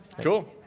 cool